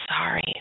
sorry